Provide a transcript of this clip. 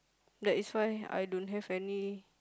that is why I don't have any